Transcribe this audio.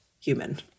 human